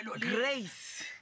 Grace